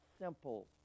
simple